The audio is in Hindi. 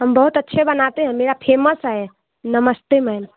हम बहुत अच्छे बनाते हैं मेरा फेमस है नमस्ते मैम